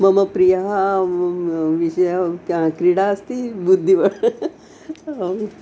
मम प्रियः विषयः क्रीडा अस्ति बुद्धिबलम् आम्